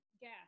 gas